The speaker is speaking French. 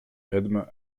edme